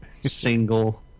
single